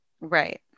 Right